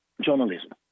journalism